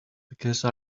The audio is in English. because